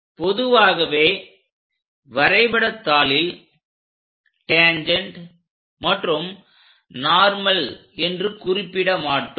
பொதுவாகவே வரைபடத்தாளில் டேன்ஜெண்ட் மற்றும் நார்மல் என்று குறிப்பிட மாட்டோம்